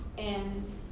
and